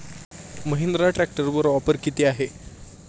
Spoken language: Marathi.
महिंद्रा ट्रॅक्टरवर ऑफर किती आहे?